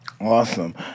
Awesome